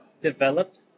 developed